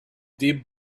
deep